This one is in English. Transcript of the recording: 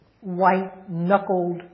white-knuckled